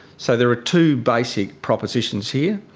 so there are two basic propositions here.